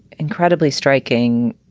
incredibly striking,